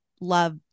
love